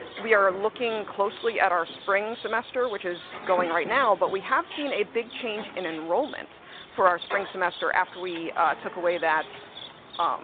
we are looking closely at our spring semester which is going right now, but we have seen a big change in enrollment for our spring semester after we took away that